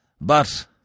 But